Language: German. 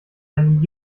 einen